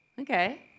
okay